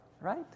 right